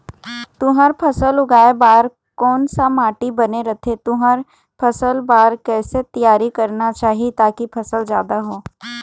तुंहर फसल उगाए बार कोन सा माटी बने रथे तुंहर फसल बार कैसे तियारी करना चाही ताकि फसल जादा हो?